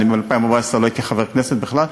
אני ב-2014 לא הייתי חבר כנסת בכלל.